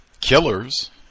killers